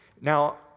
Now